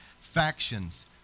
Factions